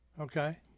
Okay